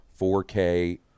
4k